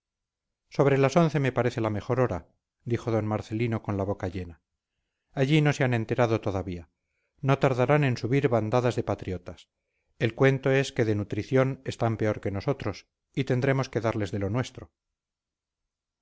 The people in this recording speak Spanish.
sobre las once me parece la mejor hora dijo d marcelino con la boca llena allí no se han enterado todavía no tardarán en subir bandadas de patriotas el cuento es que de nutrición están peor que nosotros y tendremos que darles de lo nuestro